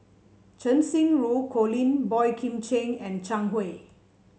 Cheng Xinru Colin Boey Kim Cheng and Zhang Hui